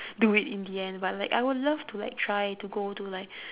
do it in the end but like I would love to like try to go to like